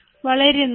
വളരെ നന്ദി